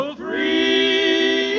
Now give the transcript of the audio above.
free